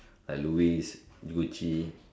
like Louis Gucci